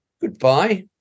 Goodbye